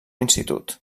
institut